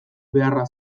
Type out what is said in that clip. beharra